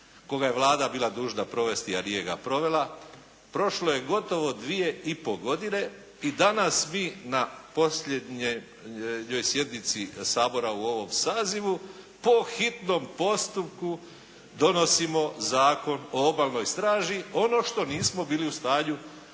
koga je Vlada bila dužna provesti, a nije ga provela, prošlo je gotovo 2 i pol godine i danas mi na posljednjoj sjednici Sabora u ovom sazivu po hitnom postupku donosimo Zakon o Obalnoj straži, ono što nismo bili u stanju